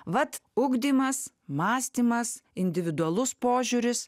vat ugdymas mąstymas individualus požiūris